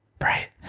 Right